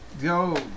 yo